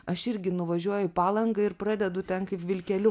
aš irgi nuvažiuoju į palangą ir pradedu ten kaip vilkeliu